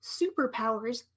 superpowers